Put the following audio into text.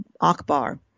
Akbar